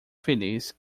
feliz